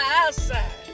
outside